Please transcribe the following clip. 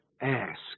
ask